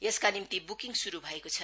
यसका निम्ति बुकिङ शुरू भएको छ